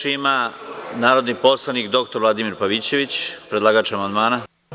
Reč ima narodni poslanik dr Vladimir Pavićević, predlagač amandmana.